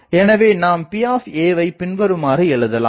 எனவே நாம் Pவை பின்வருமாறு எழுதலாம்